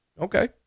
Okay